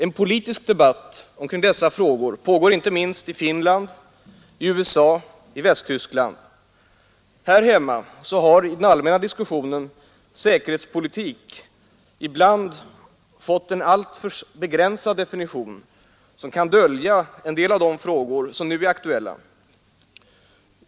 En politisk debatt omkring dessa frågor pågår inte minst i Finland, USA och Västtyskland. Här hemma har i den allmänna diskussionen säkerhetspolitik ibland fått en alltför begränsad definition, som kan dölja en del av de frågor som nu är aktuella.